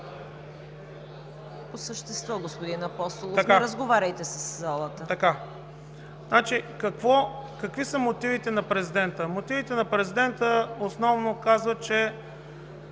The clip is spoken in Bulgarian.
По същество, господин Апостолов, не разговаряйте със залата. ЙОРДАН АПОСТОЛОВ: Какви са мотивите на Президента? Мотивите на Президента основно казват, че